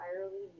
entirely